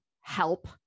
help